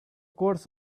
course